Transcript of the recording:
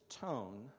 tone